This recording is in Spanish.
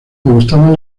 gustaban